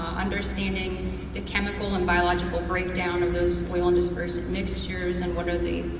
understanding the chemical and biological breakdown of those oil and dispersant mixtures, and what are the